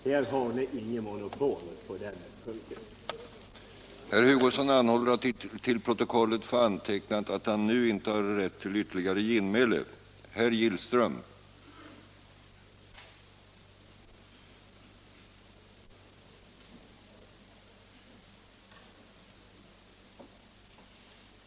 Men ni har haft möjligheter att visa detta tidigare.